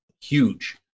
huge